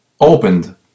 opened